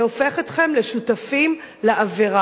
וזה הופך אתכם לשותפים לעבירה.